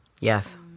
Yes